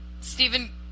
Stephen